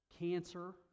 Cancer